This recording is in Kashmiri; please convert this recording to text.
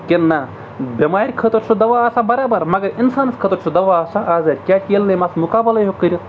کِنہٕ نہ بٮ۪مارِ خٲطرٕ چھُ دوا آسان برابر مگر اِنسانَس خٲطرٕ چھُ دوا آسان آزاد کیٛازِ کہِ ییٚلہِ نہٕ مَس مُقابلٕے ہیوٚک کٔرِتھ